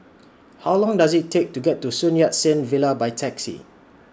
How Long Does IT Take to get to Sun Yat Sen Villa By Taxi